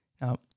Now